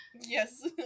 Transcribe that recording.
Yes